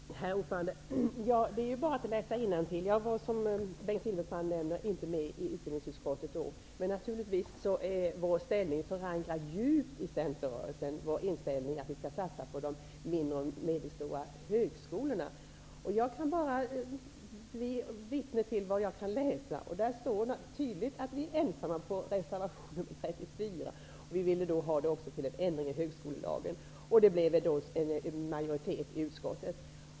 Herr talman! Det är bara att läsa innantill. Som Bengt Silfverstrand nämnde satt jag inte i utbildningsutskottet då. Men naturligtvis är vår inställning att vi skall satsa på de mindre och medelstora högskolorna djupt förankrad i centerrörelsen. Jag kan vara vittne bara till det som jag kan läsa. Och det står tydligt att Centern är ensam om reservation 34, och vi ville också att en ändring skulle göras i högskolelagen. Det blev då en majoritet i utskottet.